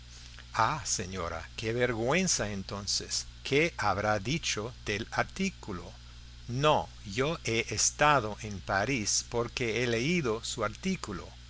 ah señora qué vergüenza entonces qué habrá dicho del artículo no yo he estado en parís porque he leído su artículo